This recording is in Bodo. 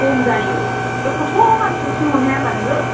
खम जायो बे गथ' मानसिखौ थिनहरनो हाया होनबा नोङो